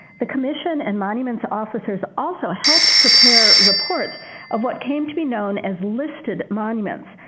the commission and monuments officers also helped prepare reports of what came to be known as listed monuments,